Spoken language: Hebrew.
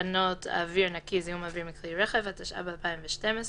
וזו אחריות שלו.